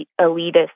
elitist